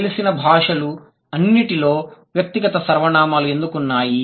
తెలిసిన భాషలు అన్నింటిలో వ్యక్తిగత సర్వనామాలు ఎందుకు ఉన్నాయి